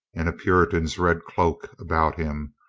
and a puritan's red cloak about him,